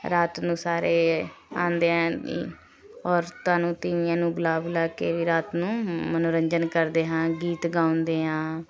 ਰਾਤ ਨੂੰ ਸਾਰੇ ਆਉਂਦੇ ਐਂ ਔਰਤਾਂ ਨੂੰ ਤੀਵੀਂਆਂ ਨੂੰ ਬੁਲਾ ਬੁਲਾ ਕੇ ਵੀ ਰਾਤ ਨੂੰ ਮਨੋਰੰਜਨ ਕਰਦੇ ਹਾਂ ਗੀਤ ਗਾਉਂਦੇ ਹਾਂ